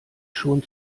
schon